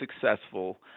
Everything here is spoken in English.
successful